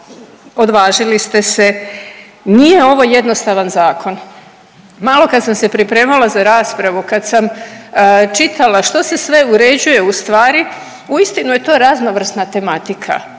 Odvažili ste se, nije ovo jednostavan zakon. Malo kad sam se pripremala za raspravu, kad sam čitala što se sve uređuje stvari uistinu je to raznovrsna tematika.